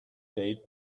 date